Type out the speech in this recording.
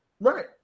Right